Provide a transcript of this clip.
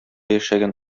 яшәгән